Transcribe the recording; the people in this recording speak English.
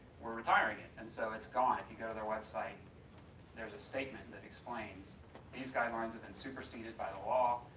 we're retiring it. and so it's gone. if you go to their website there's a statement that explains these guidelines have been superseded by the law,